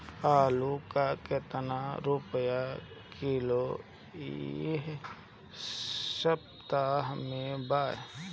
आलू का कितना रुपया किलो इह सपतह में बा?